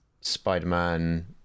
Spider-Man